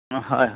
অঁ হয় হয়